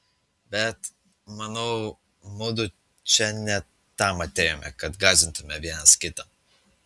bet manau mudu čia ne tam atėjome kad gąsdintumėme vienas kitą